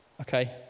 Okay